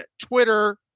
Twitter